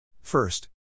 First